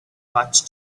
much